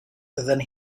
than